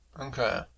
Okay